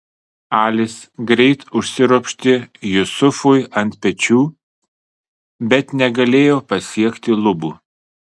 alis greit užsiropštė jusufui ant pečių bet negalėjo pasiekti lubų